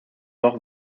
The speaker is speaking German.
doch